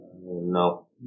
No